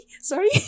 sorry